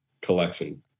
collection